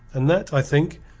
and that, i think,